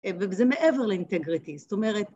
‫וזה מעבר לאינטגריטי, זאת אומרת...